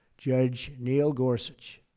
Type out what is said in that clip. judge neil gorsuch,